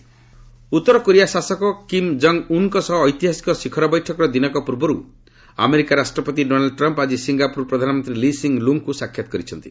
Trump Lee meet ଉତ୍ତର Korea ଶାସକ Kim Jong ଉନ୍ଙ୍କ ସହ ଐତିହାସିକ ଶିଖର ବୈଠକର ଦିନକ ପୂର୍ବରୁ ଆମେରିକା ରାଷ୍ଟ୍ରପତି ଡୋନାଲ୍ଡ ଟ୍ରମ୍ପ୍ ଆଜି ସିଙ୍ଗାପୁର ପ୍ରଧାନମନ୍ତ୍ରୀ ଲି ସିଙ୍ଗ୍ ଲୁଙ୍ଗ୍ଙ୍କୁ ସାକ୍ଷାତ କରିଛନ୍ତି